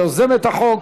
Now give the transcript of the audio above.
היא יוזמת החוק,